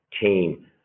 team